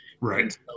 Right